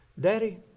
Daddy